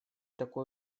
такой